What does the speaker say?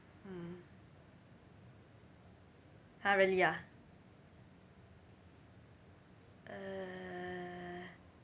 mm !huh! really ah err